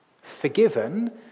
forgiven